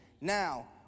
Now